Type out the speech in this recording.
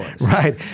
Right